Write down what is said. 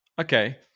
okay